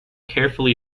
carefully